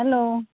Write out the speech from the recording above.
hello